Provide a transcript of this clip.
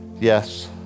Yes